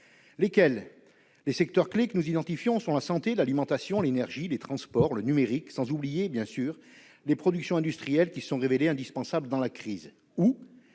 productions ? Les secteurs clés que nous identifions sont la santé, l'alimentation, l'énergie, les transports, le numérique, sans bien sûr oublier les productions industrielles qui se sont révélées indispensables dans la crise.